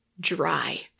dry